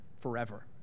forever